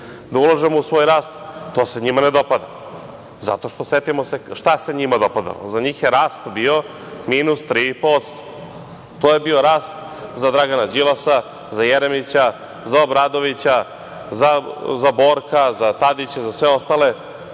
da ulažemo u svoj rast, to se njima ne dopada. Setimo se šta se njima dopadalo. Za njih je rast bio minus 3%. To je bio rast za Dragana Đilasa, za Jeremića, za Obradovića, za Borka, za Tadića, za sve ostale